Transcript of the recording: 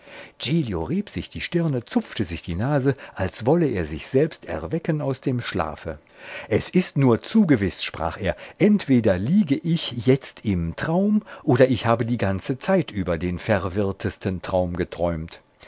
rieb sich die stirne zupfte sich an der nase als wolle er sich selbst erwecken aus dem schlafe es ist nur zu gewiß sprach er entweder liege ich jetzt im traum oder ich habe die ganze zeit über den verwirrtesten traum geträumt